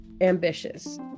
ambitious